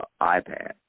iPad